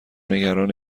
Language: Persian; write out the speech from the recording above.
نگران